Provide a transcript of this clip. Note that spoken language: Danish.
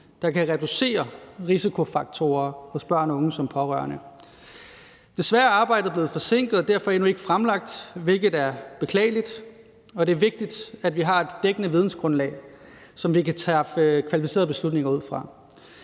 der kan reducere risikofaktorer hos børn og unge som pårørende. Desværre er arbejdet blevet forsinket og derfor endnu ikke fremlagt, hvilket er beklageligt, for det er vigtigt, at vi har et dækkende vidensgrundlag, som vi kan træffe kvalificerede beslutninger ud fra.